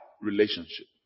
Relationship